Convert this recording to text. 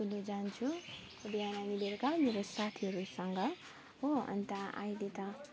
कुद्नु जान्छु बिहान अनि बेलुका मेरो साथीहरूसँग हो अन्त अहिले त